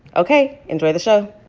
ok. enjoy the show